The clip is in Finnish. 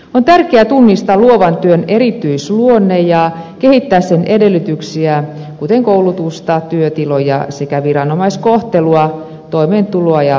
on tärkeää tunnistaa luovan työn erityisluonne ja kehittää sen edellytyksiä kuten koulutusta työtiloja sekä viranomaiskohtelua toimeentuloa ja työllistymistä